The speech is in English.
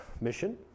mission